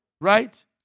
Right